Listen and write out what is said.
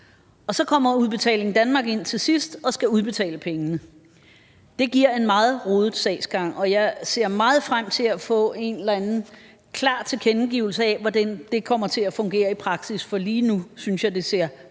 Og så kommer Udbetaling Danmark ind til sidst og skal udbetale pengene. Det giver en meget rodet sagsgang, og jeg ser meget frem til at få en eller anden klar tilkendegivelse af, hvordan det kommer til at fungere i praksis. For lige nu synes jeg, det ser meget